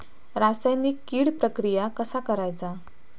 रासायनिक कीड प्रक्रिया कसा करायचा?